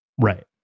Right